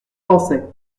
pensais